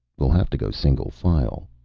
we'll have to go single file,